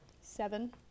Seven